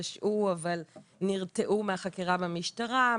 פשעו אבל נרתעו מהחקירה במשטרה,